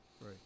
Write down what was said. Right